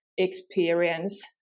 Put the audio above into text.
Experience